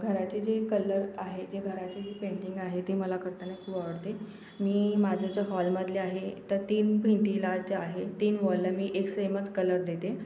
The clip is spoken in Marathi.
घराचे जे कलर आहे जे घराची जी पेंटिंग आहे ती मला करताना खूप आवडते मी माझं जो हॉलमधले आहे तर तीन पेंटिंग लावायची आहे तीन वॉलला मी एक सेमच कलर देते